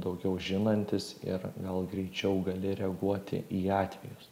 daugiau žinantis ir gal greičiau gali reaguoti į atvejus